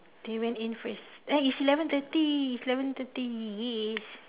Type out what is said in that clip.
they went in first eh it's eleven thirty it's eleven thirty !yay!